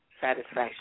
satisfaction